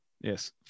yes